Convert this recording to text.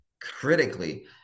critically